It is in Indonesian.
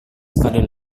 sekali